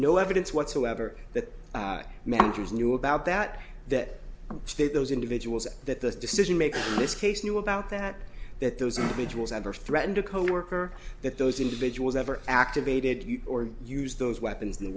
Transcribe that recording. no evidence whatsoever that managers knew about that that state those individuals that this decision make this case knew about that that those individuals ever threatened a coworker that those individuals ever activated or used those weapons in the